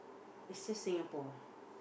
is just Singapore